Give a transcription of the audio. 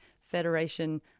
Federation